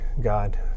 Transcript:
God